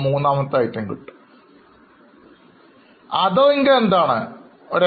Other income ഒരുദാഹരണം പറയാമോ